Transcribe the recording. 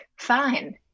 fine